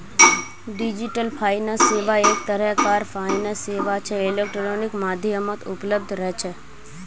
digital finance सेवा एक तरह कार फाइनेंस सेवा छे इलेक्ट्रॉनिक माध्यमत उपलब्ध रह छे